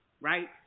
right